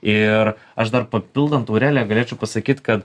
ir aš dar papildant aureliją galėčiau pasakyt kad